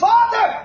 Father